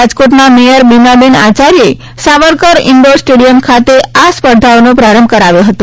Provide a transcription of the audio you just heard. રાજકોટના મેયર બીનાબેન આચાર્યે Savarkar indoor stadium ખાતે આ સ્પર્ધાઓનો પ્રારંભ કરાવ્યો હતો